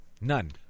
None